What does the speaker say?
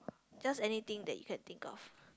just anything that you can think of